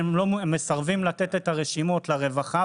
הם מסרבים לתת את הרשימות לרווחה,